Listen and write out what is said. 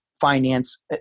finance